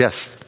Yes